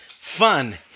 fun